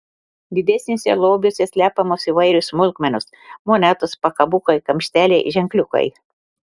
didesniuose lobiuose slepiamos įvairios smulkmenos monetos pakabukai kamšteliai ženkliukai